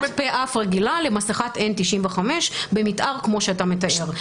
מסכת אף-פה רגילה למסכת N95 במתאר כמו שאתה מתאר.